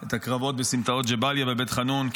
את הקרבות בסמטאות ג'באליה ובבית חאנון,